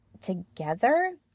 together